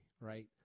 right